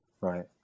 right